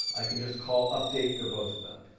i can just call update for both of them.